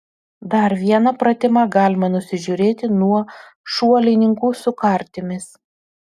dar vieną pratimą galima nusižiūrėti nuo šuolininkų su kartimis